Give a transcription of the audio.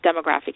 demographic